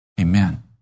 Amen